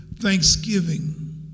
thanksgiving